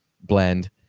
blend